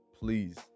please